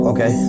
Okay